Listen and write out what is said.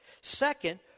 Second